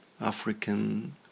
African